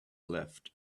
left